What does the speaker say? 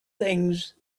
things